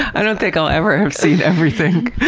i don't think i'll ever have seen everything.